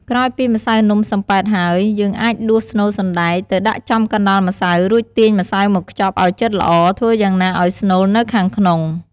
ក្រោយពីម្សៅនំសំប៉ែតហើយ យើងអាចដួសស្នូលសណ្ដែកទៅដាក់ចំកណ្ដាលម្សៅ រួចទាញម្សៅមកខ្ចប់ឲ្យជិតល្អ ធ្វើយ៉ាងណាឲ្យស្នូលនៅខាងក្នុង។